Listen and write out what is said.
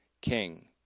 king